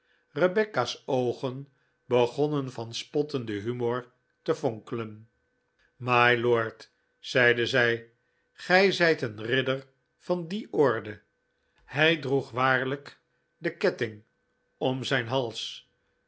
rebecca's oogen begonnen van spottenden humor te fonkelen mylord zeide zij gij zijt een ridder van die orde hij droeg waarlijk den ketting om zijn hals